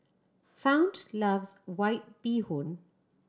Fount loves White Bee Hoon